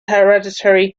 hereditary